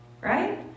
Right